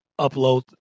upload